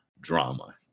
drama